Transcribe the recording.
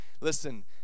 Listen